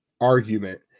argument